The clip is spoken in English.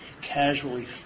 casually